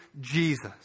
Jesus